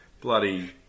bloody